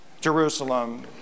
Jerusalem